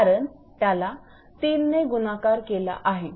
कारण त्याला 3 ने गुणाकार केला आहे